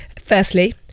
Firstly